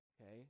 okay